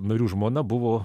narių žmona buvo